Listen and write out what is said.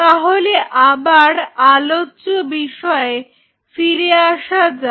তাহলে আবার আলোচ্য বিষয়ে ফিরে আসা যাক